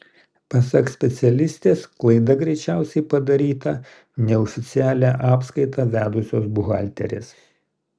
pasak specialistės klaida greičiausiai padaryta neoficialią apskaitą vedusios buhalterės